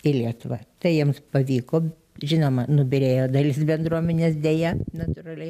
į lietuvą tai jiems pavyko žinoma nubyrėjo dalis bendruomenės deja natūraliai